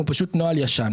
והוא פשוט נוהל ישן,